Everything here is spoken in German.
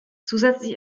zusätzlich